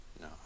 No